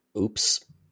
Oops